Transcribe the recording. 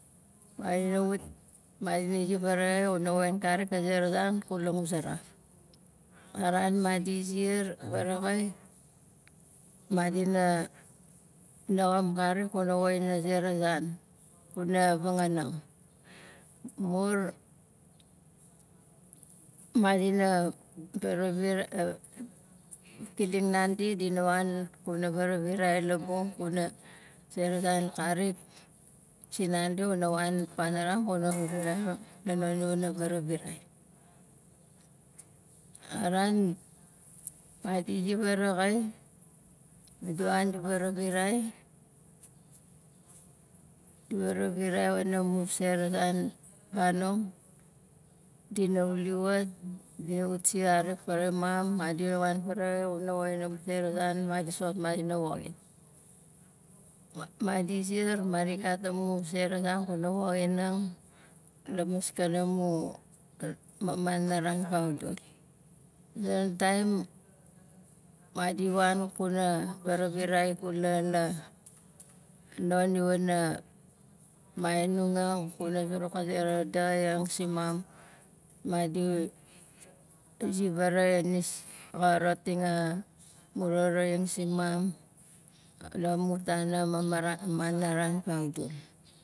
Madina wat madina zi vaaraxai gu na woxin karik a zera zan kuna languzaraf a ran ma di zi vaaraxai madina naxam karik kuna woxin a zera zan kuna vangaanang mur madina varavirai kiling nandi dina wan kuna varavirai labung kuna zera zan karik sinandi wana wan panaran kuna la non i wana varavirai a ran madi zi vaaraxai di wan di varavirai di varavirai wana mun zera zan fanong dina wuli wat dina wat siar xarik faraxai mam madina wan kare xuna woxinang amu zera zan madi soxot madina woxin madi ziar madi gatim amu zera zan kuna woxinang la maskana mun ma- manaran vagdul a zonon taim madi wan kuna varavirai ikula la non i wana mainungang kuna zuruk a zera daxaing simam madi ziar vaaraxai nis xa roting a amu roroing simam la mun tan a mamara manaran vagdul